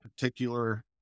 particular